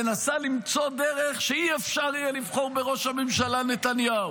מנסה למצוא דרך שאי-אפשר יהיה לבחור בראש הממשלה נתניהו: